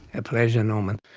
a pleasure norman.